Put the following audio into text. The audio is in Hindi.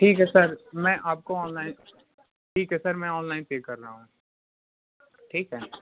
ठीक है सर मैं आपको ऑनलाइन ठीक है सर मैं ऑनलाइन पे कर रहा हूँ ठीक है